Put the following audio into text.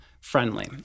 friendly